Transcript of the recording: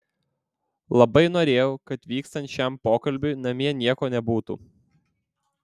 labai norėjau kad vykstant šiam pokalbiui namie nieko nebūtų